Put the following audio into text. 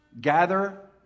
gather